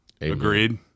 Agreed